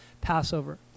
Passover